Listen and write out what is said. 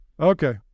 Okay